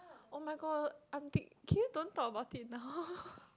oh-my-god I'm think can you don't about it now